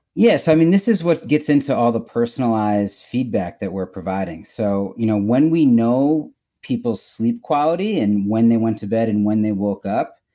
yeah, so i mean this is what gets into all the personalized feedback that we're providing so, you know when we know people's sleep quality and when they went to bed and when they woke up,